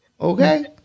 Okay